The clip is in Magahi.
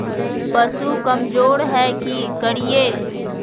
पशु कमज़ोर है कि करिये?